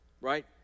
right